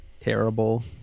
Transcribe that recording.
terrible